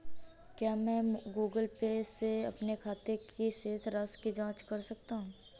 क्या मैं Google Pay से अपने खाते की शेष राशि की जाँच कर सकता हूँ?